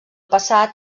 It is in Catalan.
passat